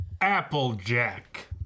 Applejack